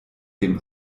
dem